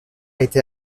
été